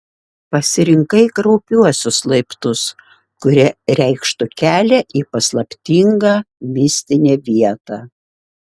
pasirinkai kraupiuosius laiptus kurie reikštų kelią į paslaptingą mistinę vietą